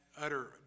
utter